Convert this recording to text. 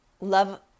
love